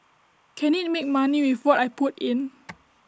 can IT make money with what I put in